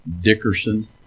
Dickerson